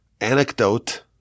anecdote